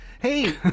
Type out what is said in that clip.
Hey